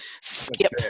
skip